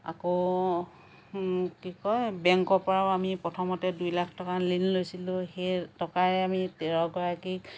আকৌ কি কয় বেংকৰ পৰাও আমি প্ৰথমতে দুই লাখ টকাৰ ঋণ লৈছিলোঁ সেই টকাৰে আমি তেৰগৰাকীক